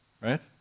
Right